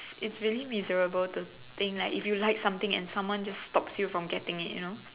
it's really miserable to think like if you like something and someone just stops you from getting it you know